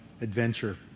adventure